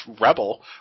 Rebel